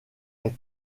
est